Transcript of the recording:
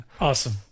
awesome